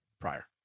prior